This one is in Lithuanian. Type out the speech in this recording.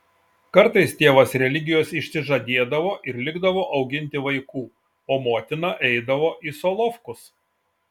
kartais tėvas religijos išsižadėdavo ir likdavo auginti vaikų o motina eidavo į solovkus